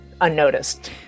unnoticed